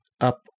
up